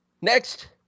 next